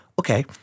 okay